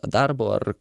darbo ar